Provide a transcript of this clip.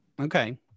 Okay